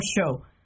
show